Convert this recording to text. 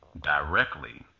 directly